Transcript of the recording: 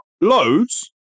loads